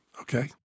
okay